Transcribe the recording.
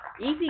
Easy